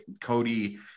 Cody